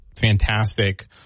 fantastic